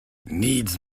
needs